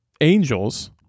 angels